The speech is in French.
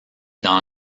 dans